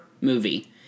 movie